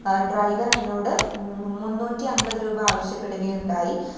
driver എന്നോടു മു മുന്നൂറ്റി അൻപതു രുപ ആവശ്യപ്പെടുകയുണ്ടായി